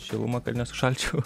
šilumą kad nesušalčiau